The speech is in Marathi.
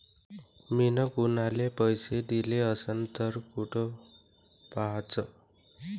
मिन कुनाले पैसे दिले असन तर कुठ पाहाचं?